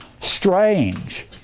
strange